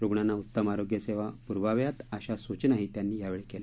रुग्णांना उत्तम आरोग्यसेवा पुरवाव्या अशा सूचनाही त्यांनी यावेळी दिल्या